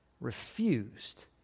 refused